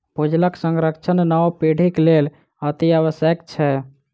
भूजलक संरक्षण नव पीढ़ीक लेल अतिआवश्यक छै